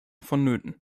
vonnöten